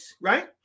right